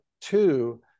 two